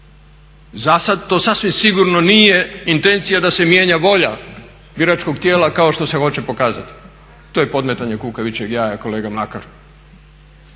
zasad to sasvim sigurno nije intencija da se mijenja volja biračkog tijela kao što se hoće pokazati. To je podmetanje kukavičjeg jaja kolega Mlakar.